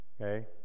Okay